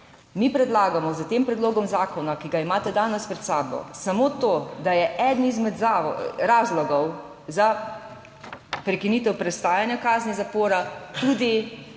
Mi predlagamo s tem predlogom zakona, ki ga imate danes pred sabo samo to, da je eden izmed razlogov za prekinitev prestajanja kazni zapora tudi